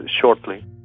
shortly